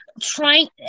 trying